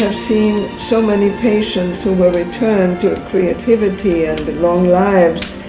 seen so many patients who are returned to creativity and long lives,